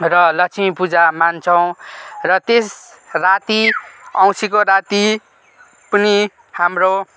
र लक्ष्मी पूजा मान्छौँ र त्यस राति औँसीको राति पनि हाम्रो